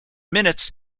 minutes